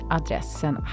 adressen